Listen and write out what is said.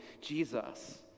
Jesus